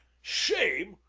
shame!